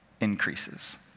increases